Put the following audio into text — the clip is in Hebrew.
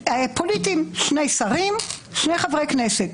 פוליטיים, שני שרים ושני חברי כנסת.